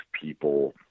people